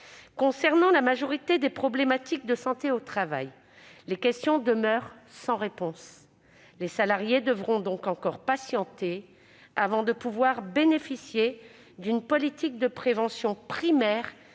Concernant la majorité des problématiques de santé au travail, les questions demeurent sans réponse. Les salariés devront donc encore patienter avant de bénéficier d'une politique de prévention primaire